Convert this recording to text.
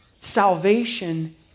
salvation